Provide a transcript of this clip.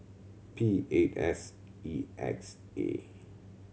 P eight S E X A